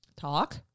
Talk